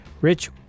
Rich